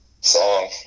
song